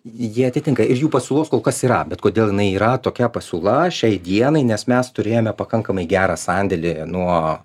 jie atitinka ir jų pasiūlos kol kas yra bet kodėl jinai yra tokia pasiūla šiai dienai nes mes turėjome pakankamai gerą sandėlį nuo